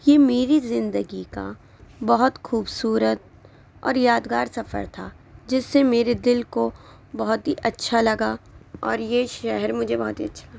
یہ میری زندگی کا بہت خوبصورت اور یادگار سفر تھا جس سے میرے دل کو بہت ہی اچھا لگا اور یہ شہر مجھے بہت ہی اچھا لگا